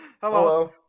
Hello